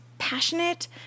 passionate